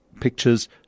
pictures